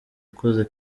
ukoze